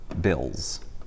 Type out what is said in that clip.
bills